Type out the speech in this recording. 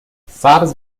سبز